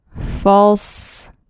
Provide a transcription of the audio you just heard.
false